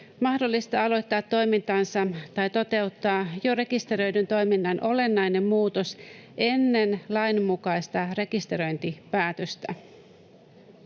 mahdollista aloittaa toimintansa tai toteuttaa jo rekisteröidyn toiminnan olennainen muutos ennen lain mukaista rekisteröintipäätöstä.